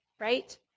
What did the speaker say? right